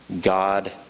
God